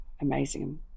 amazing